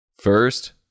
First